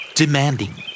demanding